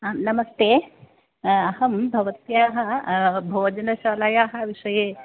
आ नमस्ते अहं भवत्याः भोजनशालायाः विषये